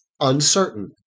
Uncertain